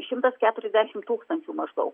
šimtas keturiasdešimt tūkstančių maždaug